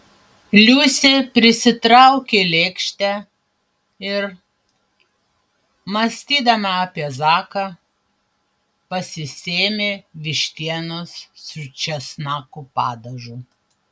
liusė prisitraukė lėkštę ir mąstydama apie zaką pasisėmė vištienos su česnakų padažu